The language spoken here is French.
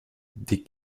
des